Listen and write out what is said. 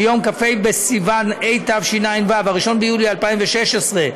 מיום כ"ה בסיוון התשע"ו, 1 ביולי 2016,